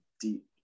deep